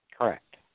Correct